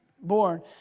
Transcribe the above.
born